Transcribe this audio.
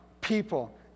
people